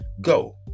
go